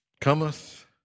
cometh